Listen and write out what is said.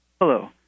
Hello